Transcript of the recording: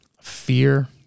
fear